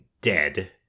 dead